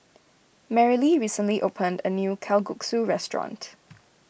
Merrilee recently opened a new Kalguksu restaurant